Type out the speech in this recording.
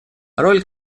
роль